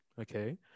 Okay